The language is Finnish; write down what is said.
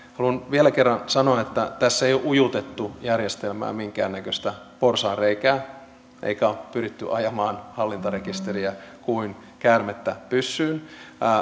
haluan vielä kerran sanoa että tässä ei ole ujutettu järjestelmään minkäännäköistä porsaanreikää eikä ole pyritty ajamaan hallintarekisteriä kuin käärmettä pyssyyn